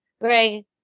Greg